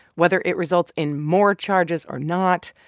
whether it results in more charges or not,